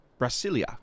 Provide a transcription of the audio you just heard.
Brasilia